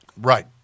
Right